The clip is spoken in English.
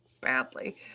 badly